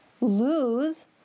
lose